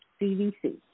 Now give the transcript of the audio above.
CDC